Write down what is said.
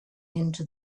into